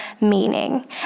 meaning